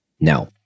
Now